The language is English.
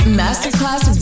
masterclass